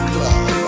Club